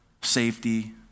safety